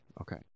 okay